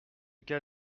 cas